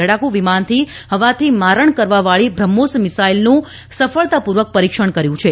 લડાકૂ વિમાનથી હવાથી મારણ કરવાવાળી બ્રહ્મોસ મિસાઇલનું સફળતાપૂર્વક પરીક્ષણ કર્યું છે